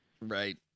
right